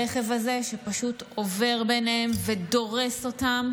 הרכב הזה שפשוט עובר ביניהם ודורס אותם